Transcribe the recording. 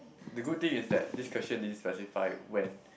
the good thing is that this question din specify when